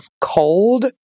cold